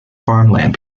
farmland